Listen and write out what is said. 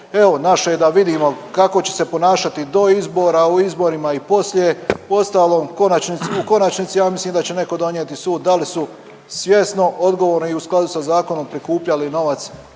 Evo naše je da vidimo kako će se ponašati do izbora, u izborima i poslije. Uostalom u konačnici ja mislim da će netko donijeti sud da li su svjesno, odgovorno i u skladu sa zakonom prikupljali novac